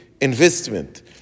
investment